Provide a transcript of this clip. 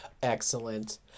Excellent